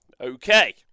Okay